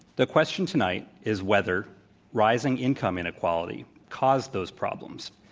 the question tonight is whether rising income inequality caused those problems,